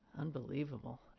Unbelievable